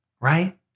right